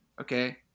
okay